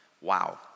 Wow